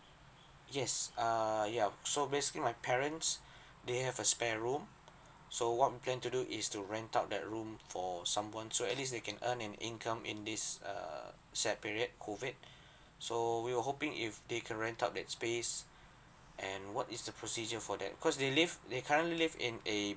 yes err yeah so basically my parents they have a spare room so what I'm planning to do is to rent out that room for someone so at least they can earn an income in this err set period COVID so we were hoping if they can rent out that space and what is the procedure for that cause they live they currently live in a